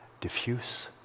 diffuse